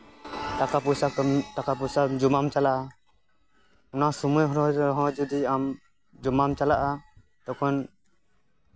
ᱴᱟᱠᱟ ᱯᱚᱭᱥᱟ ᱠᱟᱹᱢᱤ ᱴᱟᱠᱟ ᱯᱚᱭᱥᱟ ᱡᱚᱢᱟᱢ ᱪᱟᱞᱟᱜᱼᱟ ᱚᱱᱟ ᱥᱚᱢᱚᱭ ᱨᱮᱦᱚᱸ ᱡᱩᱫᱤ ᱟᱢ ᱡᱚᱢᱟᱢ ᱪᱟᱞᱟᱜᱼᱟ ᱛᱚᱠᱷᱚᱱ